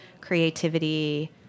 creativity